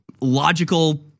logical